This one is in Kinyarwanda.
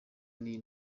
n’iyi